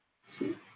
See